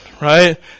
right